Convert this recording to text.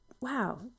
Wow